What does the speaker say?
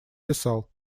писал